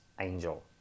angel